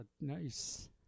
Nice